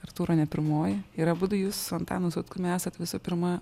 artūro ne pirmoji ir abudu jus su antanu sutkumi esat visų pirma